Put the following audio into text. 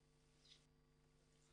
זו הכניסה